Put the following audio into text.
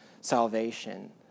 salvation